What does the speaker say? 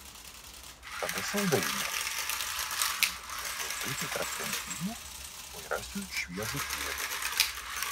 tada saldainių igoris pradėjo zuiti tarp lentynų tuoj rasiu šviežutėlių